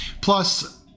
Plus